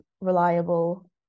reliable